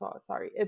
sorry